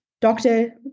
doctor